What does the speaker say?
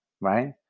right